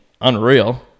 Unreal